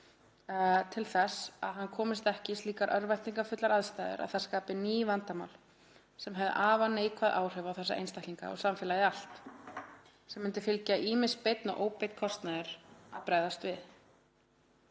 til þess að hann komist ekki í slíkar örvæntingafullar aðstæður að það skapi ný vandamál sem hefði afar neikvæð áhrif á þessa einstaklinga og samfélagið allt; sem myndi fylgja ýmis beinn og óbeinn kostnaður við að bregðast við.“